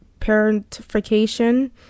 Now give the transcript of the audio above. parentification